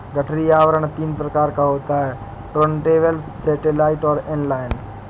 गठरी आवरण तीन प्रकार का होता है टुर्नटेबल, सैटेलाइट और इन लाइन